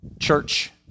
church